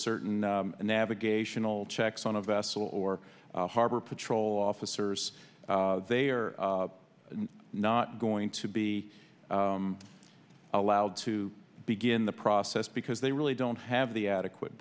certain navigational checks on a vessel or harbor patrol officers they are not going to be allowed to begin the process because they really don't have the adequate